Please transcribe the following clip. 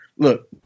Look